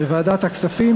בוועדת הכספים,